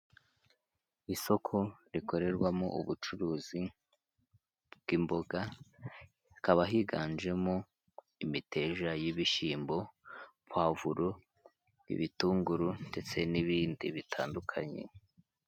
Isoko rikorerwamo ubucuruzi bw'imboga, hakaba higanjemo imiteja y'ibishyimbo, pavuro, ibitunguru ndetse n'ibindi bitandukanye.